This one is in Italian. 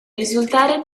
risultare